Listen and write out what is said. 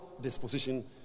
disposition